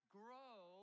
grow